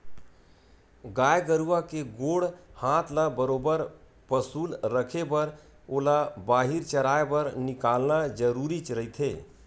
गाय गरुवा के गोड़ हात ल बरोबर पसुल रखे बर ओला बाहिर चराए बर निकालना जरुरीच रहिथे